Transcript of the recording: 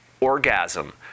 orgasm